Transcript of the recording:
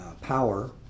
power